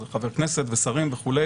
חברי כנסת ושרים וכו',